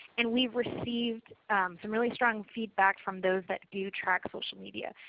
and we received some really strong feedback from those that do track social media.